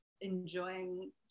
enjoying